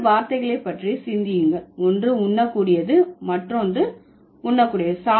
இரண்டு வார்த்தைகளை பற்றி சிந்தியுங்கள் ஒன்று உண்ணக்கூடியது மற்றொன்று உண்ணக்கூடியது